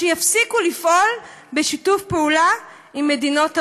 שיפסיקו לפעול בשיתוף פעולה עם מדינות העולם.